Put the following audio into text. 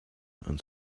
and